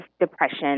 depression